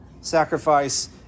sacrifice